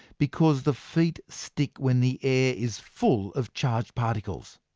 because the feet stick when the air is full of charged particles.